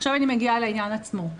עכשיו אני מגיעה לעניין עצמו.